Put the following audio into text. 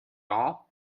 all